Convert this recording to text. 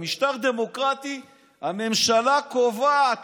במשטר דמוקרטי הממשלה קובעת,